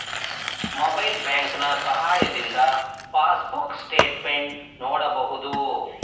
mobile ಬ್ಯಾಂಕಿನ ಸಹಾಯದಿಂದ passbook statement ನೋಡಬಹುದು